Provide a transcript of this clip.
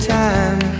time